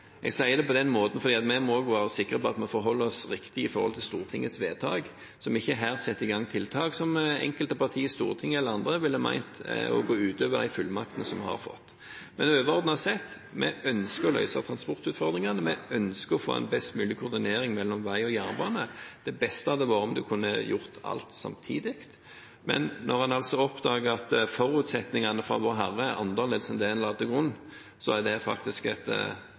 Jeg sier det på den måten fordi vi må være sikre på at vi forholder oss riktig til Stortingets vedtak, så vi ikke her setter i gang tiltak som enkelte partier i Stortinget, eller andre, ville mene var å gå utover de fullmaktene som vi har fått. Men overordnet sett – vi ønsker å løse transportutfordringene, vi ønsker å få en best mulig koordinering mellom vei og jernbane. Det beste hadde vært hvis en kunne ha gjort alt samtidig, men når en oppdager at forutsetningene fra Vårherre er annerledes enn det en la til grunn, så er det